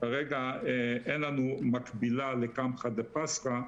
כרגע אין לנו מקבילה לקמחא דפסחא.